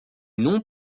noms